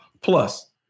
Plus